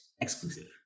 exclusive